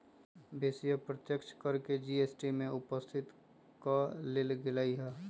बेशी अप्रत्यक्ष कर के जी.एस.टी में उपस्थित क लेल गेलइ ह्